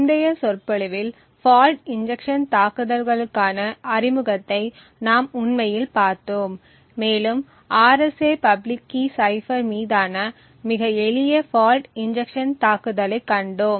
முந்தைய சொற்பொழிவில் fault injection தாக்குதல்களுக்கான அறிமுகத்தை நாங்கள் உண்மையில் பார்த்தோம் மேலும் RSA பப்ளிக் கீ சைபர் மீதான மிக எளிய ஃபால்ட் இன்ஜெக்ஷன் தாக்குதலைக் கண்டோம்